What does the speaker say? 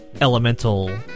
elemental